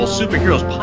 Superheroes